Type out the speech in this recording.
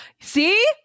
See